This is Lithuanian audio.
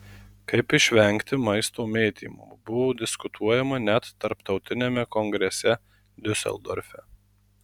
kaip išvengti maisto mėtymo buvo diskutuojama net tarptautiniame kongrese diuseldorfe